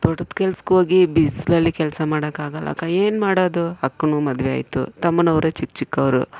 ತೋಟದ ಕೆಲಸಕ್ಕೋಗಿ ಬಿಸಿಲಲ್ಲಿ ಕೆಲಸ ಮಾಡೋಕ್ಕಾಗಲ್ಲಕ್ಕ ಏನು ಮಾಡೋದು ಅಕ್ಕನಿಗೂ ಮದುವೆಯಾಯ್ತು ತಮ್ಮನವರು ಚಿಕ್ಕ ಚಿಕ್ಕವರು